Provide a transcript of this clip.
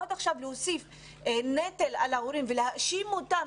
עכשיו להוסיף נטל על ההורים ולהאשים אותם